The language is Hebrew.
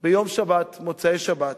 ביום שבת, במוצאי-שבת,